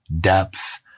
depth